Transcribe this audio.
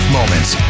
moments